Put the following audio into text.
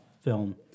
film